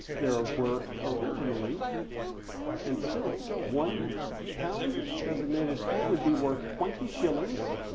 there ah were originally and still one pound designated here would be worth twenty shillings,